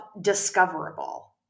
discoverable